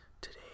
Today